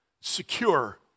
secure